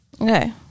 Okay